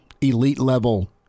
elite-level